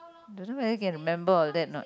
don't know whether can remember all that not